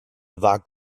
war